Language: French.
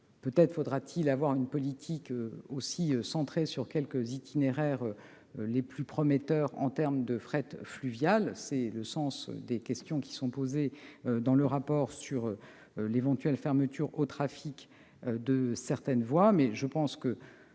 Peut-être faudra-t-il avoir une politique centrée aussi sur les quelques itinéraires les plus prometteurs du point de vue du fret fluvial- c'est le sens des questions posées dans le rapport sur l'éventuelle fermeture au trafic de certaines voies